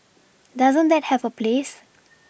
doesn't that have a place